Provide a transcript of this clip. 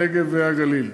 הנגב והגליל.